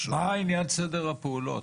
מה עניין סדר הפעולות?